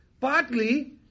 partly